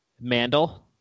mandel